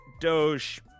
Doge